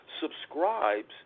subscribes